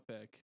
pick